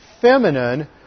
feminine